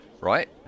right